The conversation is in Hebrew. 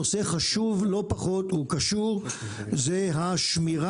נושא חשוב לא פחות שקשור לעניין הוא שמירה